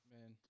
Man